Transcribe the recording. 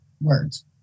words